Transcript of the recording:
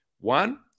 One